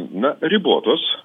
na ribotos